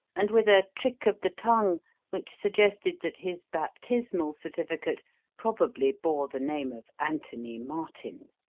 and with a trick of the tongue which suggested that his baptismal certificate probably bore the name of anthony martin.